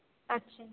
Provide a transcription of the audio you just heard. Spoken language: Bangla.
আচ্ছা